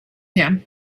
him